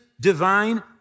divine